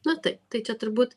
na taip tai čia turbūt